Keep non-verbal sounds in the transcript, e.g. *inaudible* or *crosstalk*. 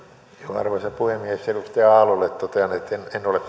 arvoisa puhemies edustaja aallolle totean että en en ole *unintelligible*